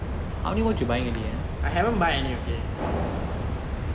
I haven't buy any okay